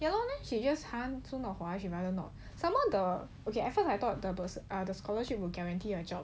okay lor then she just hard soon not hua some more the okay I thought the scholarship will guarantee a job